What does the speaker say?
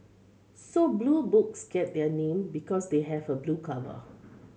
so Blue Books get their name because they have a blue cover